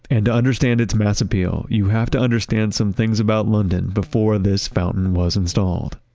and to understand its mass appeal, you have to understand some things about london before this fountain was installed